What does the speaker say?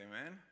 Amen